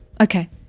Okay